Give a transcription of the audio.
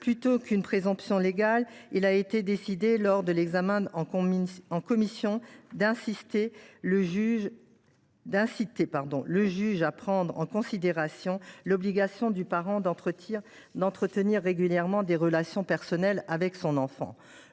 Plutôt qu’une présomption légale, il a été décidé, lors de l’examen en commission, d’inciter le juge à prendre en considération l’obligation du parent d’entretenir régulièrement des relations personnelles avec son enfant,